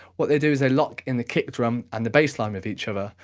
what they do is they lock in the kick drum and the bassline with each other,